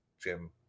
Jim